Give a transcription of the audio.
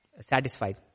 satisfied